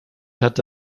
hatte